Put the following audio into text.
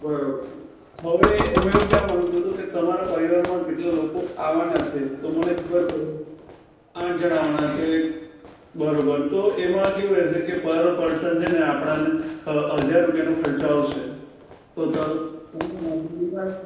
બરોબર હું એવું કહેવા માંગતો હતો કે તમારા પરિવારમાં કેટલા લોકો આવવાના છે તો મને ખબર પડે આઠ જણા આવવાના છે બરોબર તો એમાં કેવું રહેશે કે પર પર્સન છે ને આપણાને હજાર રૂપિયાનો ખર્ચો આવશે તો ત તમને વાંધો નહિ આવે